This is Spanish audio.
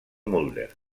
mulder